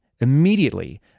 immediately